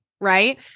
right